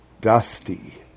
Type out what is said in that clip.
dusty